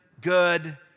good